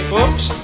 oops